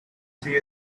see